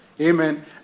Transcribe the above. Amen